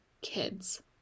kids